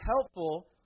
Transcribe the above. helpful